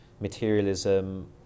materialism